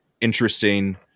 interesting